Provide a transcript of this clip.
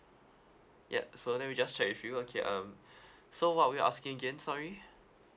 yup so let me just check with you okay um so what are we asking again sorry